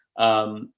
um,